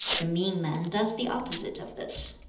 the mean man does the opposite of this